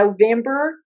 November